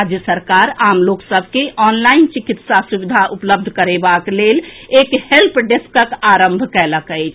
राज्य सरकार आम लोक सभ के ऑनलाईन चिकित्सा सुविधा उपलब्ध करेबाक लेल एक हेल्प डेस्कक आरंभ कएलक अछि